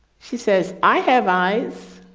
she says, i have eyes,